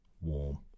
warm